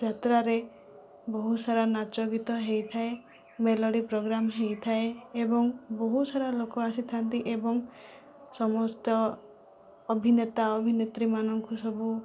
ଯାତ୍ରାରେ ବହୁତ ସାରା ନାଚ ଗୀତ ହୋଇଥାଏ ମେଲୋଡ଼ି ପ୍ରୋଗ୍ରାମ ହୋଇଥାଏ ଏବଂ ବହୁତ ସାରା ଲୋକ ଆସିଥାନ୍ତି ଏବଂ ସମସ୍ତ ଅଭିନେତା ଅଭିନେତ୍ରୀମାନଙ୍କୁ ସବୁ